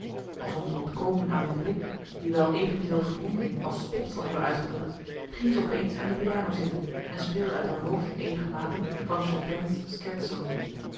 als om te ontkomen aan mijn blik die wel evenveel verwondering als spot zal hebben uitgedrukt ging ze op eens aan de piano zitten en speelde uit haar hoofd eenige maten van chopin's